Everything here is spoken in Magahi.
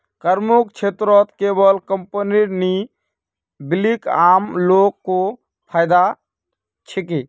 करमुक्त क्षेत्रत केवल कंपनीय नी बल्कि आम लो ग को फायदा छेक